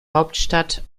hauptstadt